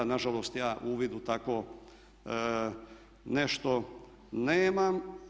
Nažalost ja uvid u takvo nešto nemam.